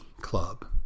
club